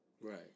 right